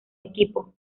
equipo